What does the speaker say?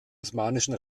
osmanischen